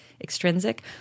Extrinsic